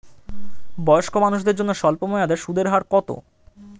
বয়স্ক মানুষদের জন্য স্বল্প মেয়াদে সুদের হার কত?